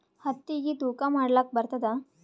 ಹತ್ತಿಗಿ ತೂಕಾ ಮಾಡಲಾಕ ಬರತ್ತಾದಾ?